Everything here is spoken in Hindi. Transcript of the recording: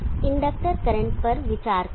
इंडक्टर करंट पर विचार करें